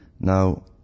Now